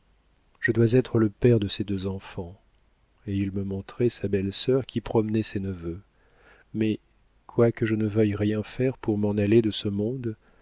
je dois être le père de ces deux enfants et il me montrait sa belle-sœur qui promenait ses neveux mais quoique je ne veuille rien faire pour m'en aller de ce monde